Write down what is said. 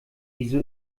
wieso